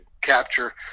capture